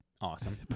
Awesome